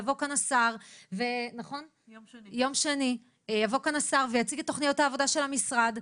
יגיע לכאן השר ויציג את תוכניות העבודה של המשרד.